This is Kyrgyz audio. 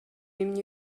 эмне